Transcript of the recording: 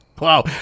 Wow